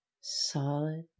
solid